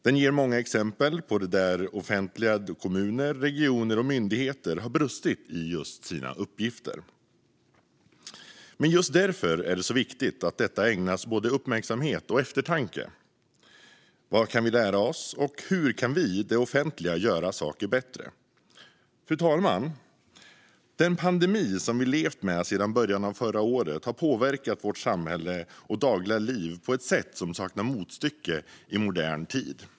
Den ger många exempel där det offentliga - kommuner, regioner och myndigheter - har brustit i sina uppgifter. Just därför är det så viktigt att detta ägnas både uppmärksamhet och eftertanke. Vad kan vi lära oss, och hur kan vi, det offentliga, göra saker bättre? Fru talman! Den pandemi som vi levt med sedan början av förra året har påverkat vårt samhälle och dagliga liv på ett sätt som saknar motstycke i modern tid.